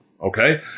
okay